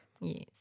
Yes